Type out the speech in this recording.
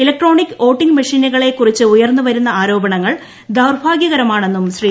electronic voting മെഷിനുകളെ കുറിച്ച് ഉയർന്ന് വരുന്നു ആരോപണങ്ങൾ ദൌർഭാഗ്യകരമാണെന്നും ശീ